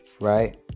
right